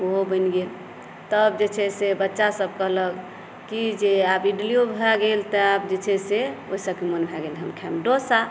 ओहो बनि गेल तब जे छै से बच्चासभ कहलक की जे आब इडलियो भऽ गेल तऽ आब जे छै से डोसाक मोन भै गेल खायक तऽ हम खायब डोसा